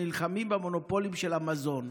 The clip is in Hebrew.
שאתם נלחמים במונופולים של המזון,